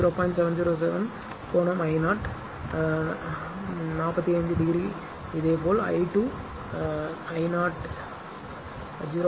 707 கோணம் I 0 கோணம் 45 degree இதேபோல் I 2 I 0